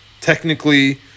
technically